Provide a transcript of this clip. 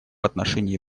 отношении